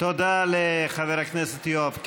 תודה רבה לחבר הכנסת יואב קיש.